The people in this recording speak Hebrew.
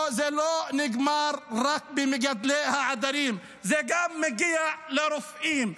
זה לא נגמר רק במגדלי העדרים, זה גם מגיע לרופאים.